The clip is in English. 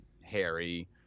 Harry